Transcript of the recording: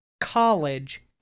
college